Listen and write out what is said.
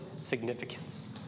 significance